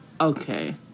okay